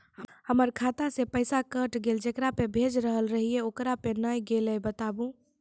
हमर खाता से पैसा कैट गेल जेकरा पे भेज रहल रहियै ओकरा पे नैय गेलै बताबू?